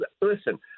listen